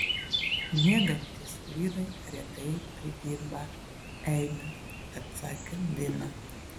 miegantys vyrai retai pridirba eibių atsakė dina